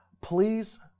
Please